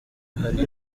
hari